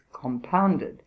compounded